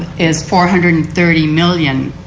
is four hundred and thirty million.